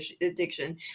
addiction